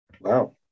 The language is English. Wow